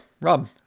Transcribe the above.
Rob